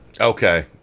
Okay